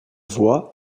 voie